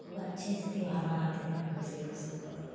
खूब अच्छे से त्योहार मनाते हैं ख़ुशी ख़ुशी को